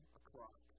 o'clock